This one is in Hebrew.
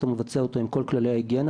אתה מבצע אותו עם כל כללי ההיגיינה,